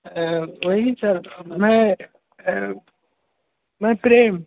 ऐं वही सर मैं मैं प्रेम